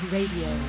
Radio